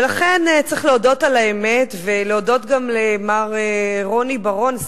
ולכן צריך להודות על האמת ולהודות גם למר רוני בר-און,